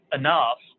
enough